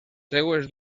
seues